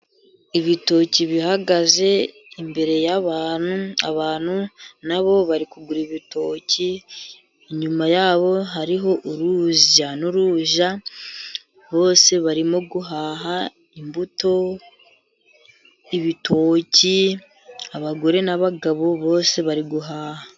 Ibitoki bihagaze imbere y' abantu, abantu nabo bari kugura ibitoki, inyuma yabo hariho urujyanuruza, bose barimo guhaha imbuto, ibitoki; abagore n' abagabo bose bari guhaha.